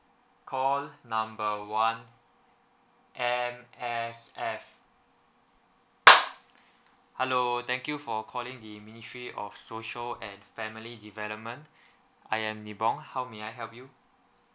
call number one M_S_F hello thank you for calling the ministry of social and family development I am nibong how may I help you